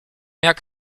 jak